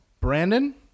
Brandon